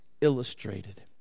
illustrated